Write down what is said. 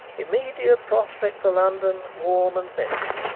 immediate prospect for london warm and settled.